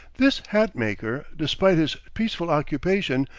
this hat-maker, despite his peaceful occupation,